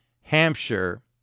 Hampshire